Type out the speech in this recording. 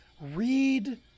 read